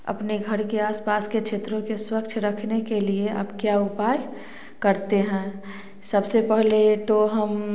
अपने घर के आसपास के क्षेत्रों के स्वच्छ रखने के लिए आप क्या उपाय करते हैं सबसे पहले तो हम